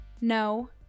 No